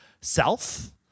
self